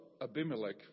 Abimelech